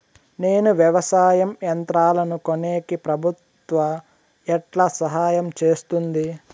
నేను వ్యవసాయం యంత్రాలను కొనేకి ప్రభుత్వ ఎట్లా సహాయం చేస్తుంది?